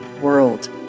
world